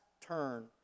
turn